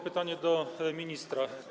Pytanie do ministra.